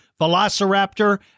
Velociraptor